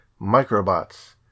Microbots